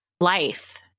life